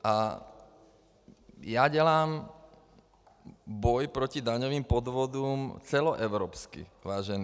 A já dělám boj proti daňovým podvodům celoevropsky, vážení.